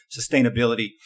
sustainability